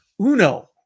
Uno